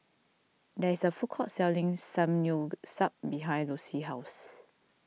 there is a food court selling Samgyeopsal behind Lucy's house